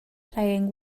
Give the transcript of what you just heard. playing